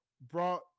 brought